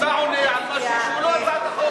אתה עונה על משהו שהוא לא הצעת החוק.